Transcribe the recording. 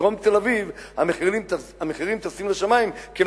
ובדרום תל-אביב המחירים טסים לשמים כי הם